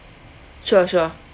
sure sure